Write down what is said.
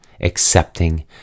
accepting